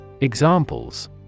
Examples